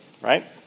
right